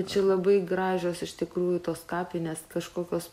čia labai gražios iš tikrųjų tos kapinės kažkokios